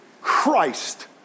Christ